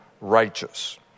righteous